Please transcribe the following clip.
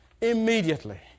Immediately